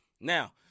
Now